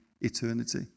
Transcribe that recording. eternity